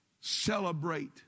Celebrate